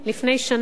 לפני שנה.